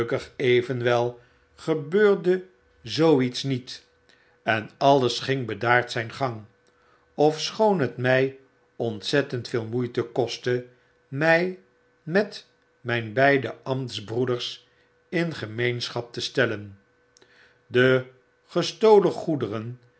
evenwel gebeurde zoo iets niet en alles ging bedaard zyn gang ofschoon het my ontzettend veel moeite kostte my met myn beide ambtsbroeders in gemeenschap te stellen de gestolen goederen